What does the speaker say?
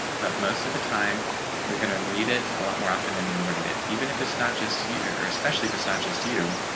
but most of the time you're going to read it a lot more often than you'll write it, even if it's not just your especially if it's not just you.